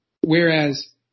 whereas